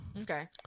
Okay